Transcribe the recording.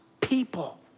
people